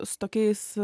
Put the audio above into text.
su tokiais